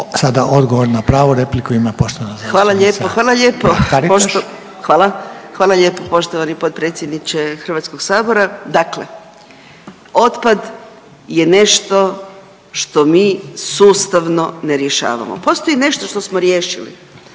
Taritaš. **Mrak-Taritaš, Anka (GLAS)** Hvala lijepo, hvala lijepo, hvala, hvala lijepo poštovani potpredsjedniče Hrvatskog sabora. Dakle, otpad je nešto što mi sustavno ne rješavamo. Postoji nešto što smo riješili.